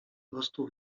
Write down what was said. prostu